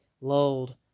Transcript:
lulled